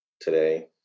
today